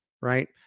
right